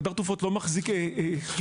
חדר תרופות לא מחזיק חיתולי